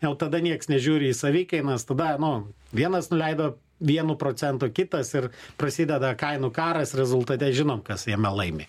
jau tada nieks nežiūri į savikainas tada nu vienas nuleido vienu procentų kitas ir prasideda kainų karas rezultate žinom kas jame laimi